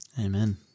Amen